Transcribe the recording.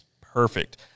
Perfect